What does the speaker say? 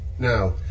Now